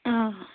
آ